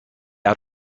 out